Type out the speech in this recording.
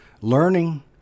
Learning